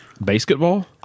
Basketball